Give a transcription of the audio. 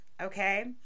okay